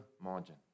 margin